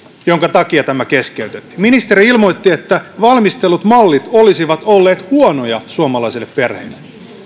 jonka takia tämä keskeytettiin ministeri ilmoitti että valmistellut mallit olisivat olleet huonoja suomalaisille perheille